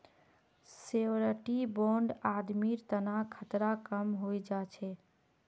surety bond आदमीर तना खतरा कम हई जा छेक